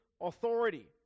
authority